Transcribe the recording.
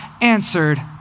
answered